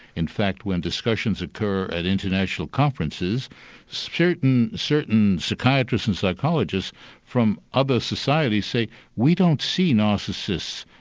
in fact when discussions occur at international conferences certain certain psychiatrists and psychologists from other societies say we don't see narcissists,